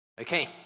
Okay